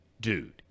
dude